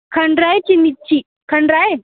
खंड आहे चीनी ची खंड आहे